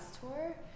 tour